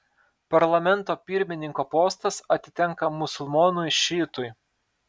parlamento pirmininko postas atitenka musulmonui šiitui